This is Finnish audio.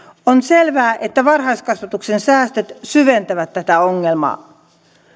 on selvää että varhaiskasvatuksen säästöt syventävät tätä ongelmaa